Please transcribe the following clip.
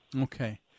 Okay